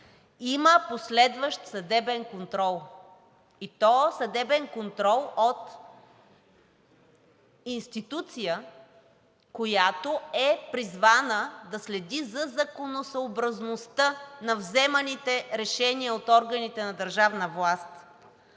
има последващ съдебен контрол, и то съдебен контрол от институция, която е призвана да следи за законосъобразността на взиманите решения от органите на държавна власт,